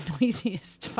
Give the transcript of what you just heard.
noisiest